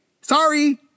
Sorry